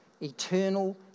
eternal